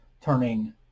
turning